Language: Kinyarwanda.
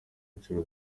inshuro